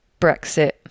Brexit